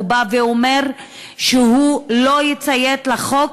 הוא בא ואומר שהוא לא יציית לחוק,